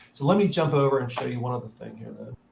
so let me jump over and show you one other thing here then.